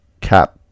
cap